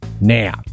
Now